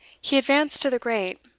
he advanced to the grate,